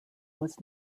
was